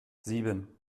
sieben